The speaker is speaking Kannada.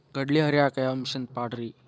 ಕಡ್ಲಿ ಹರಿಯಾಕ ಯಾವ ಮಿಷನ್ ಪಾಡ್ರೇ?